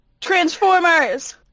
Transformers